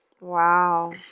Wow